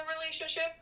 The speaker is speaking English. relationship